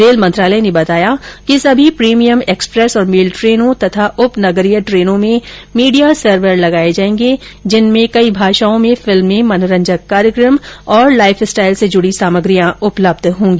rail मंत्रालय ने बताया कि सभी प्रीमियम एक्सप्रेस और मेल ट्रेनों तथा उपनगरीय ट्रेनों में मीडिया सर्वर लगाये जायेंगे जिनमें कई भाषाओं में फिल्में मनोरंजक कार्यक्रम लाइफस्टाइल से जुडी सामग्रियाँ उपलब्ध होंगी